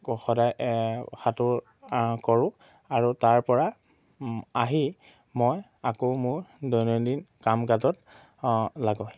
সদায় সাঁতোৰ কৰোঁ আৰু তাৰ পৰা আহি মই আকৌ মোৰ দৈনন্দিন কাম কাজত লাগোঁ